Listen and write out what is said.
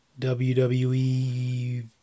WWE